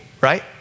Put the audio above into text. right